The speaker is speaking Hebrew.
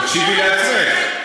אז תקשיבי לעצמך.